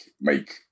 make